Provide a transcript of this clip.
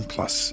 Plus